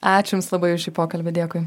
ačiū jums labai už šį pokalbį dėkui